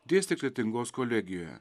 dėstė kretingos kolegijoje